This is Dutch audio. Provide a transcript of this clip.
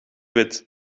wit